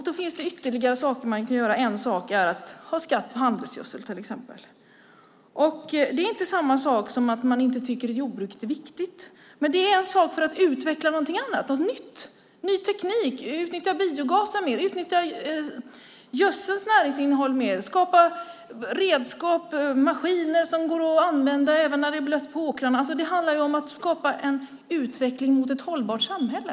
Då finns ytterligare saker som kan göras. En sak är till exempel skatt på handelsgödsel. Det är inte samma sak som att inte tycka att jordbruket är viktigt, men det är en sak för att utveckla något nytt - ny teknik, utnyttja biogaser eller näringsinnehållet i gödsel mer, skapa redskap och maskiner som kan användas även när det är blött på åkrarna. Det handlar om en utveckling som går mot ett hållbart samhälle.